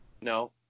no